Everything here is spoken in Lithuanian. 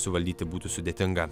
suvaldyti būtų sudėtinga